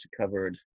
covered